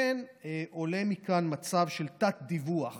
כן עולה מכאן מצב של תת-דיווח